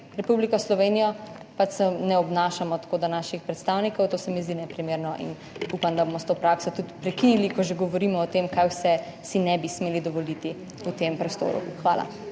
Republiko Slovenijo, pač se ne obnašamo tako, da naših predstavnikov, to se mi zdi neprimerno in upam, da bomo s to prakso tudi prekinili, ko že govorimo o tem, kaj vse si ne bi smeli dovoliti v tem prostoru. Hvala.